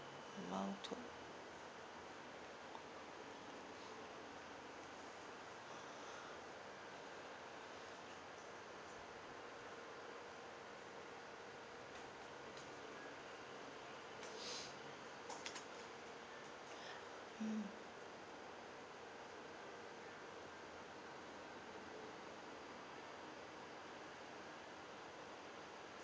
to